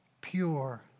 pure